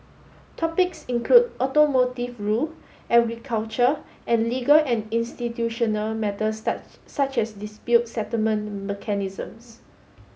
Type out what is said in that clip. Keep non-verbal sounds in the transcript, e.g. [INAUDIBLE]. topics include automotive rule agriculture and legal and institutional matters [UNINTELLIGIBLE] such as dispute settlement mechanisms